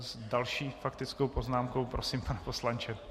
S další faktickou poznámkou prosím, pane poslanče.